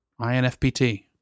INFPT